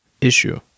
issue